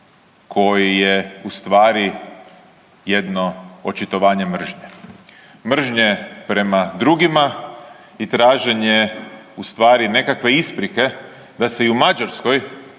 koji je u stvari jedno očitovanje mržnje, mržnje prema drugima i traženje u stvari nekakve isprike da se i u Mađarskoj